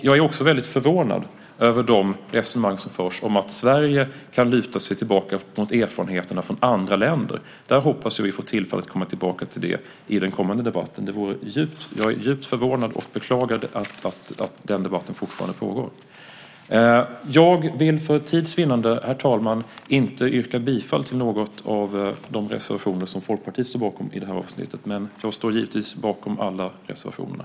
Jag är också väldigt förvånad över de resonemang som förs om att Sverige kan luta sig mot erfarenheterna från andra länder. Jag hoppas att vi får tillfälle att komma tillbaka till det i den kommande debatten. Jag är djupt förvånad och beklagar att den debatten fortfarande pågår. Jag vill för tids vinnande, herr talman, inte yrka bifall till någon av de reservationer som Folkpartiet står bakom i det här avsnittet, men jag står givetvis bakom alla reservationerna.